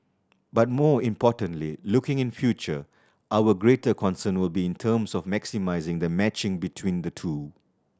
but more importantly looking in future our greater concern will be in terms of maximising the matching between the two